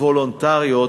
וולונטריות